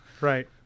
Right